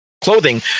clothing